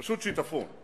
פשוט שיטפון,